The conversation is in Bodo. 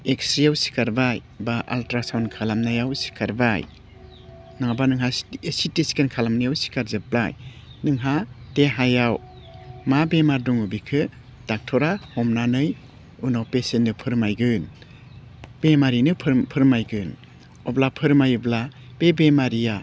एक्सस्रेआव सिखारबाय बा आलट्रा साउन्द खालामनायाव सिखारबाय नङाबा नोंहा सिटि स्केन खालामनायाव सिखारजोब्बाय नोंहा देहायाव मा बेमार दङ बेखौ डाक्टरा हमनानै उनाव पेसियेन्टनो फोरमायगोन बेमारिनो फोरमागोन अब्ला फोरमायोब्ला बे बेमारिया